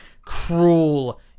cruel